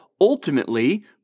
ultimately